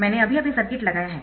मैंने अभी अभी सर्किट लगाया है